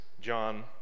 John